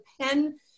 pen